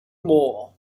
more